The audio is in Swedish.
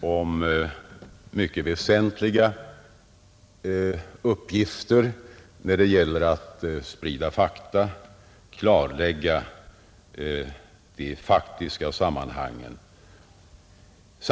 om den väsentliga uppgiften att sprida fakta, klarlägga de faktiska sammanhangen.